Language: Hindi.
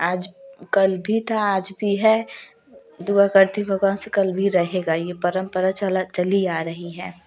आजकल भी था आज भी है दुआ करती हूँ भगवान से कल भी रहेगा ये परंपरा चला चली आ रही है